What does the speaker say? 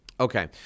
Okay